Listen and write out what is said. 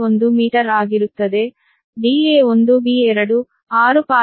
1 metre ಆಗಿರುತ್ತದೆ da1b2 6